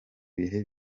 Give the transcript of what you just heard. bihe